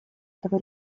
этого